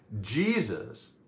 Jesus